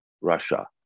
Russia